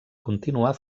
continuar